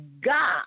God